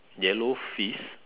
yellow fish